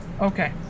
Okay